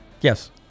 Yes